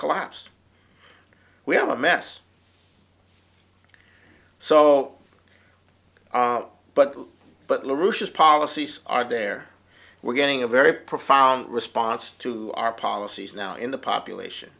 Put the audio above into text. collapsed we have a mess so but but lucia's policies are there we're getting a very profound response to our policies now in the population